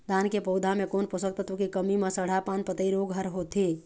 धान के पौधा मे कोन पोषक तत्व के कमी म सड़हा पान पतई रोग हर होथे?